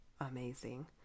amazing